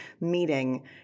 meeting